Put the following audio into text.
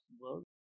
world